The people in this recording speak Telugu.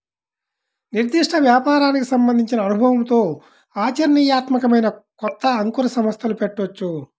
నిర్దిష్ట వ్యాపారానికి సంబంధించిన అనుభవంతో ఆచరణీయాత్మకమైన కొత్త అంకుర సంస్థలు పెట్టొచ్చు